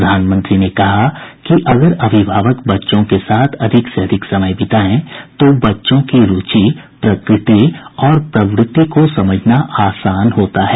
प्रधानमंत्री ने कहा कि अगर अभिभावक बच्चों के साथ अधिक से अधिक समय बिताएं तो बच्चों की रूचि प्रकृति और प्रवृत्ति को समझना आसान होता है